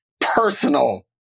personal